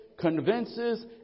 convinces